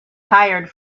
tired